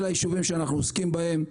אלה 10 היישובים שאנחנו עוסקים בהם,